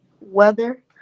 weather